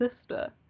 sister